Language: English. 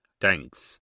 Thanks